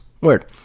Word